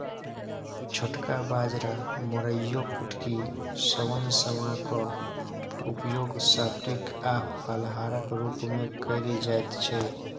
छोटका बाजरा मोराइयो कुटकी शवन समा क उपयोग सात्विक आ फलाहारक रूप मे कैल जाइत छै